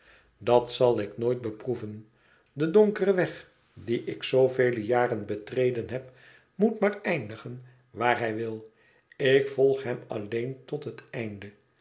dat zal ik nooit beproeven de donkere weg dien ik zoovele jaren betreden heb moet maar eindigen waar hij wil ik volg hem alleen tot het einde